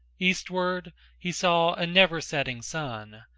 eastward he saw a never-setting sun,